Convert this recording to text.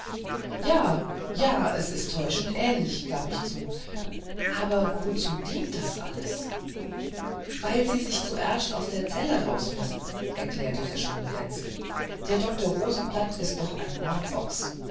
ja ja es ist täuschend ähnlich gab ich zu aber wozu dient das alles weil sie sich zuerscht aus der zellen rausmissen erklärte der schöne wenzel der dr rosenblatt is doch ein